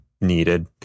needed